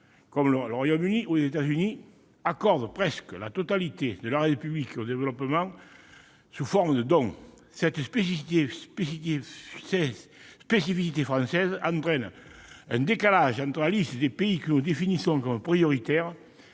comme le Royaume-Uni ou les États-Unis, accordent presque la totalité de leur aide publique au développement sous forme de dons. Cette spécificité française entraîne un décalage entre la liste des pays que nous définissons comme prioritaires